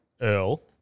Earl